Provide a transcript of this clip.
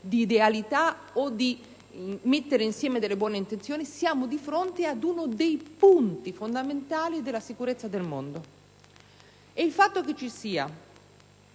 di idealità o di mettere insieme buone intenzioni. Siamo di fronte ad uno dei punti fondamentali della sicurezza del mondo. È davvero un fatto